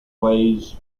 plays